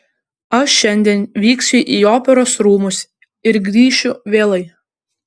aš šiandien vyksiu į operos rūmus ir grįšiu vėlai